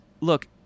look